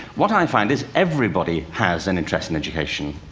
what i find is, everybody has an interest in education.